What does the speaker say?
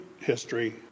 history